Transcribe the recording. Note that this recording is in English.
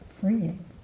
freeing